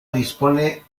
dispone